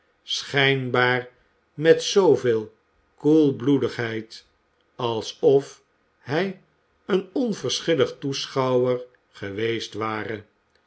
schijnbaar met zooveel koelbloedigheid alsof hij een onverschillig toeschouwer geweest ware